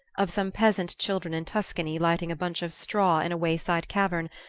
of some peasant children in tuscany lighting a bunch of straw in a wayside cavern,